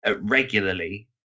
regularly